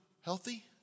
healthy